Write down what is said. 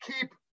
keep